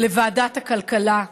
לוועדת הכלכלה,